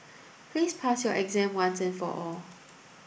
please pass your exam once and for all